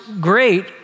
great